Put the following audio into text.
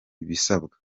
ibisabwa